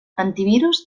antivirus